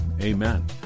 Amen